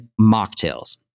mocktails